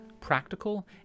Practical